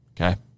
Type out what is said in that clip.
Okay